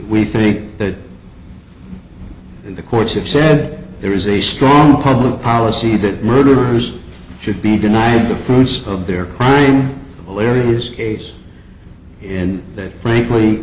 we think that the courts have said there is a strong public policy that murderers should be denied the fruits of their coming larry this case and that frankly